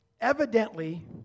evidently